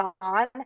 on